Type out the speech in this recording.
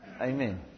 Amen